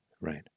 right